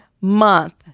month